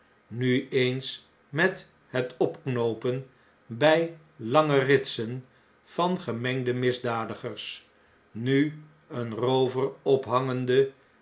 nu eens met het opknoopen bn lange risten van gemengde misdadigers nu een roover ophangende